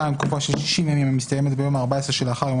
"(2) תקופה של 60 ימים המסתיימת ביום ה-14 שלאחר יום